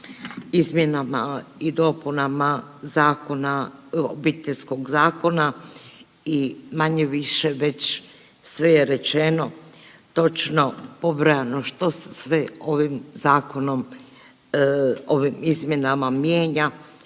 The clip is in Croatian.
izmjenama i dopunama Obiteljskog zakona i manje-više već sve je rečeno, točno pobrojano što se sve ovim zakonom ovim izmjenama mijenja,